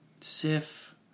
Sif